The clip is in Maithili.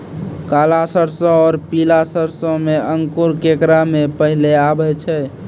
काला सरसो और पीला सरसो मे अंकुर केकरा मे पहले आबै छै?